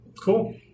Cool